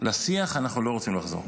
לשיח אנחנו לא רוצים לחזור.